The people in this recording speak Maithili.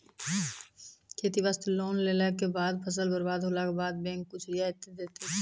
खेती वास्ते लोन लेला के बाद फसल बर्बाद होला के बाद बैंक कुछ रियायत देतै?